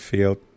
Field